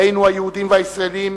עלינו, היהודים והישראלים,